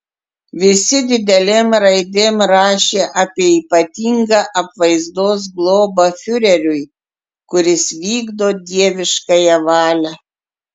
visi didelėm raidėm rašė apie ypatingą apvaizdos globą fiureriui kuris vykdo dieviškąją valią